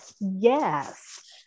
yes